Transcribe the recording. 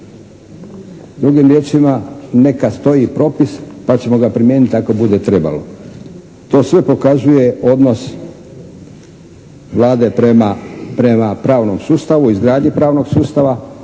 Drugim riječima neka stoji propis pa ćemo ga primijeniti ako bude trebalo. To sve pokazuje odnos Vlade prema pravnom sustavu, izgradnji pravnog sustava